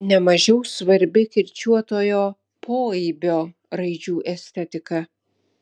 ne mažiau svarbi kirčiuotojo poaibio raidžių estetika